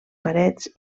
parets